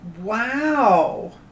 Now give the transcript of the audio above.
wow